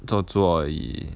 做作而已